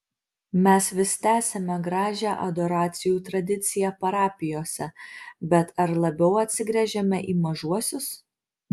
mes vis tęsiame gražią adoracijų tradiciją parapijose bet ar labiau atsigręžiame į mažuosius